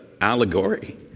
allegory